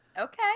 Okay